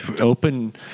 open